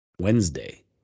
Wednesday